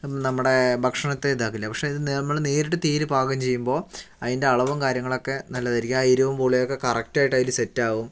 നമ്മുടെ ഭക്ഷണത്തെ ഇതാക്കില്ല പക്ഷെ ഇത് നമ്മള് നേരിട്ട് തീയില് പാകം ചെയ്യുമ്പോൾ അതിൻ്റെ അളവും കാര്യങ്ങളൊക്കെ നല്ലതായിരിക്കും ആ എരിവും പുളിയൊക്കെ കറക്റ്റായിട്ട് അതില് സെറ്റാകും